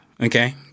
okay